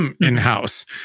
in-house